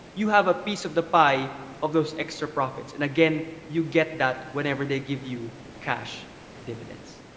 you have a piece of the pie of those extra profits. and again, you get that whenever they give you cash dividends.